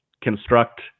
construct